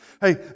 Hey